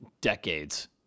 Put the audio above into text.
decades